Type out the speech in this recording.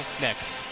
next